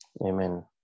Amen